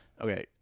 Okay